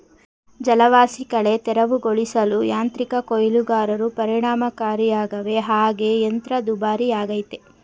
ಜಲವಾಸಿಕಳೆ ತೆರವುಗೊಳಿಸಲು ಯಾಂತ್ರಿಕ ಕೊಯ್ಲುಗಾರರು ಪರಿಣಾಮಕಾರಿಯಾಗವೆ ಹಾಗೆ ಯಂತ್ರ ದುಬಾರಿಯಾಗಯ್ತೆ